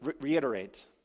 reiterate